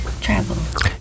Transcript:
travel